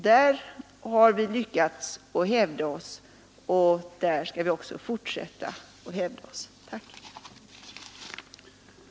Där har vi lyckats hävda oss, och där skall vi försöka att hävda oss också i fortsättningen.